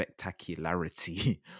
spectacularity